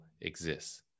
exists